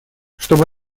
чтобы